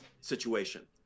situation